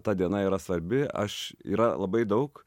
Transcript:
ta diena yra svarbi aš yra labai daug